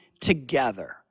together